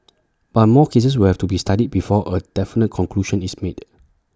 but more cases will have to be studied before A definite conclusion is made